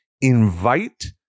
invite